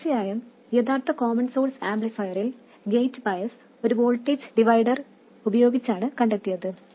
തീർച്ചയായും യഥാർത്ഥ common source ആംപ്ലിഫയറിൽ ഗേറ്റ് ബയസ് ഒരു വോൾട്ടേജ് ഡിവൈഡർ ഉപയോഗിച്ചാണ് കണ്ടെത്തിയത്